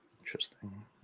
Interesting